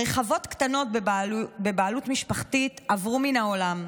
הרי חוות קטנות בבעלות משפחתית עברו מן העולם.